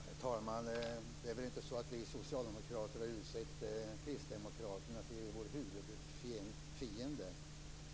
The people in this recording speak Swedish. Herr talman! Det är inte så att vi socialdemokrater har utsett kristdemokraterna till våra huvudfiender.